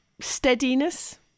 steadiness